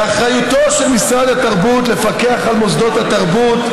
באחריותו של משרד התרבות לפקח על מוסדות התרבות,